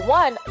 one